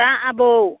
दा आबौ